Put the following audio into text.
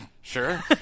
Sure